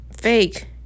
fake